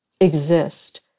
exist